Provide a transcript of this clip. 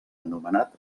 anomenat